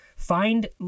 Find